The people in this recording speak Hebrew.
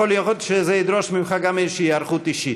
יכול להיות שזה ידרוש ממך גם איזושהי היערכות אישית.